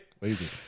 lazy